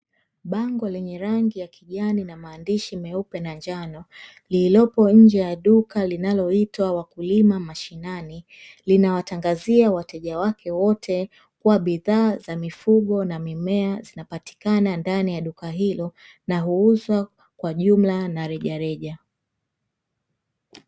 Bango lenye rangi ya kijani na maandishi meupe na ya njano, lililopo nje ya duka linaloitwa Wakulima Mashinani, linawatangazia wateja wake wote kuwa bidhaa za mifugo na mimea zinapatikana ndani ya duka hilo na huuzwa kwa jumla na rejareja.